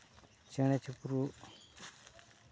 ᱪᱮᱬᱮ ᱪᱤᱯᱨᱩᱫ